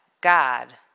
God